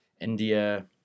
India